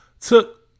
took